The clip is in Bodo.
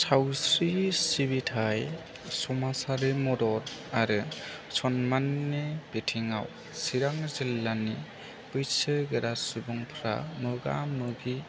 सावस्रि सिबिथाय समाजारि मदद आरो सनमाननि बिथिङाव चिरां जिल्लानि बैसो गोरा सुबुंफ्रा मोगा मोगि